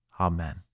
Amen